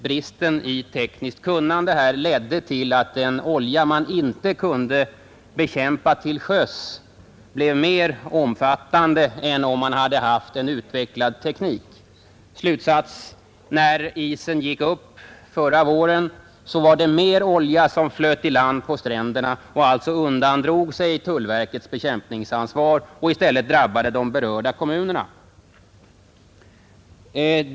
Bristen i tekniskt kunnande ledde till att den mängd olja man inte kunde bekämpa till sjöss blev mer omfattande än som skulle blivit fallet om man haft en utvecklad teknik. Slutsats: När isen gick upp förra våren var det mer olja som flöt i land på stränderna och alltså undandrog sig tullverkets bekämpningsansvar och i stället drabbade de berörda kommunerna.